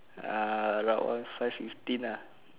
ah lot one five fifteen lah